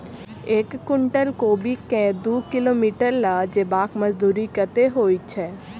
एक कुनटल कोबी केँ दु किलोमीटर लऽ जेबाक मजदूरी कत्ते होइ छै?